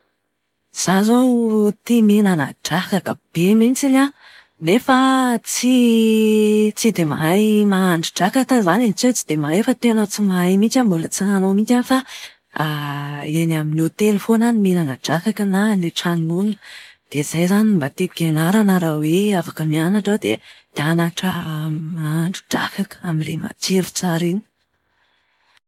Izaho izao tia mihinana drakaka be mihitsiny an, nefa tsy tsy dia mahay mahandro drakaka aho izany e. Tsy hoe tsy dia mahay fa tena tsy mahay mihitsy aho. Mbola tsy nanao mihitsy aho fa, eny amin'ny hotely foana aho no mihinana drakaka na any an-tranon'olona. Dia izay izany no mba tiako ianarana raha hoe afaka mianatra aho dia hianatra mahandro drakaka amin'ilay matsiro tsara iny.